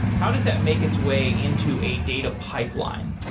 how does that make its way into a data pipeline?